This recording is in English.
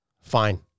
Fine